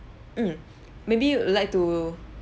mm maybe you would like to